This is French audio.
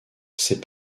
ses